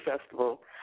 Festival